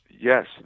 Yes